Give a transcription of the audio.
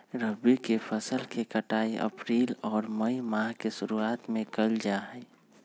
रबी के फसल के कटाई अप्रैल और मई माह के शुरुआत में कइल जा हई